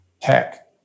tech